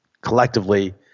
collectively